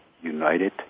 united